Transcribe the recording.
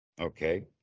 okay